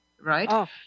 right